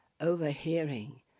overhearing